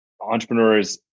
entrepreneurs